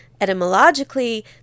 Etymologically